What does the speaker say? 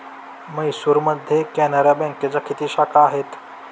म्हैसूरमध्ये कॅनरा बँकेच्या किती शाखा आहेत?